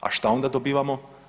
A šta onda dobivamo?